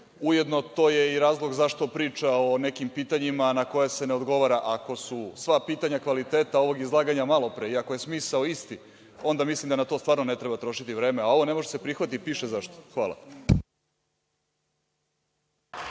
Ujedno, to je i razlog zašto priča o nekim pitanjima na koja se ne odgovara. Ako su sva pitanja kvaliteta ovog izlaganja malopre i ako je smisao isti, onda mislim da na to stvarno ne treba trošiti vreme. Ovo ne može da se prihvati i piše zašto. Hvala.